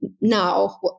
now